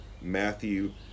Matthew